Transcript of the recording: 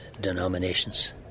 denominations